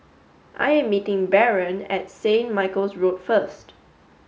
I am meeting Baron at Saint Michael's Road first